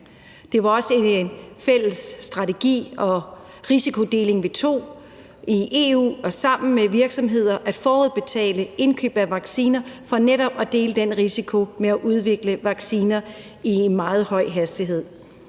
Det var også en fælles strategi og risikodeling, vi tog i EU og sammen med virksomheder, nemlig at forudbetale indkøb af vacciner for netop at dele den risiko med at udvikle vacciner i en meget høj hastighed.